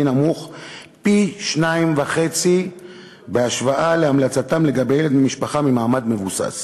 נמוך פי-2.5 בהשוואה להמלצתם לגבי ילד ממשפחה ממעמד מבוסס.